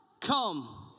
come